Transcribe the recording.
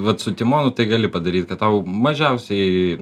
vat su timonu tai gali padaryt kad tau mažiausiai